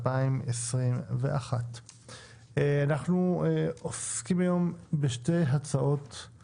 2021. אנחנו עוסקים היום בשתי הצעות של